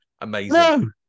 Amazing